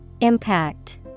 Impact